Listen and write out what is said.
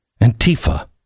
Antifa